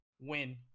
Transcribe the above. win